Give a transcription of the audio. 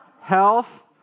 Health